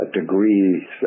degrees